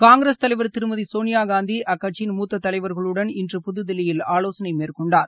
காங்கிரஸ் தலைவர் திருமதி சோனியாகாந்தி அக்கட்சியின் மூத்த தலைவர்களுடன் இன்று புதுதில்லியில் ஆலோசனை மேற்கொண்டார்